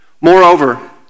Moreover